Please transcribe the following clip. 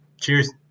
Cheers